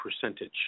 percentage